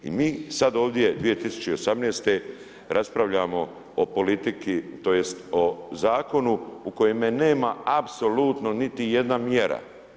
I mi sad ovdje 2018. raspravljamo o politici tj. o Zakonu u kojemu nema apsolutno niti jedna mjera.